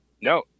No